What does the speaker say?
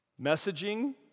Messaging